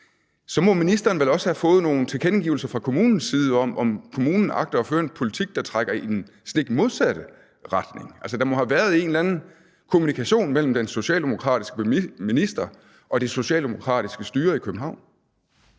har ministeren så også fået nogle tilkendegivelser fra kommunens side af, om kommunen agter at føre en politik, der trækker i den stik modsatte retning? Der må have været en eller anden kommunikation mellem den socialdemokratiske minister og det socialdemokratiske styre i København.